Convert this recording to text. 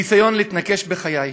בניסיון להתנקש בחיי.